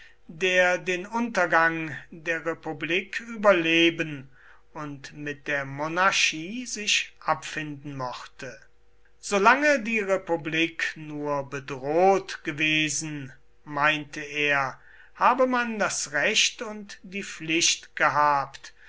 der den untergang der republik überleben und mit der monarchie sich abfinden mochte solange die republik nur bedroht gewesen meinte er habe man das recht und die pflicht gehabt